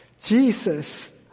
Jesus